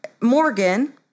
Morgan